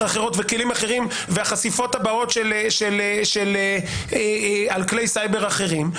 אחרות וכלים אחרים והחשיפות הבאות על כלי סייבר אחרים,